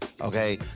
Okay